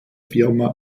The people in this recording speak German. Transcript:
firma